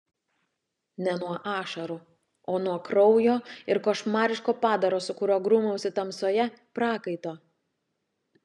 ne nuo ašarų o nuo kraujo ir košmariško padaro su kuriuo grūmiausi tamsoje prakaito